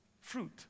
fruit